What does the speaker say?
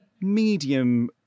medium